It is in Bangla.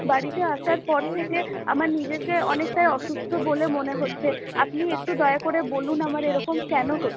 বাড়িতে আসার পর থেকে আমার নিজেকে অনেকটাই অসুস্থ বলে মনে হচ্ছে আপনি একটু দয়া করে বলুন আমার এরকম কেন হচ্ছে